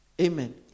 amen